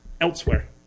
elsewhere